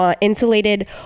insulated